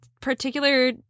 particular